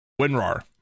WinRAR